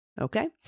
Okay